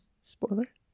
Spoiler